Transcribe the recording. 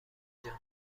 جان